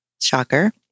Shocker